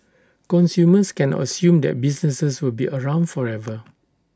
consumers cannot assume that businesses will be around forever